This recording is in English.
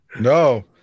No